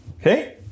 Okay